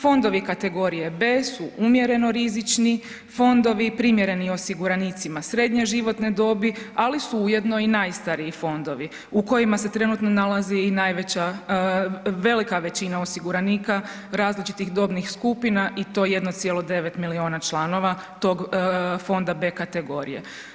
Fondovi kategorije B su umjereno rizično, fondovi primjereni osiguranicima srednje životne dobi, ali su ujedno i najstariji fondovi u kojima se trenutno nalaze i najveća, velika većina osiguranika različitih dobnih skupina i to 1,9 milijuna članova tog fonda B kategorije.